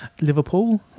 Liverpool